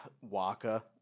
Waka